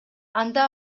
анда